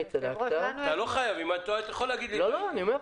אם אני טועה אתה יכול להגיד לי שאני טועה.